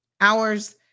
Hours